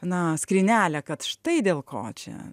na skrynelę kad štai dėl ko čia